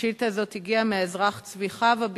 השאילתא הזאת הגיעה מהאזרח צבי חווה.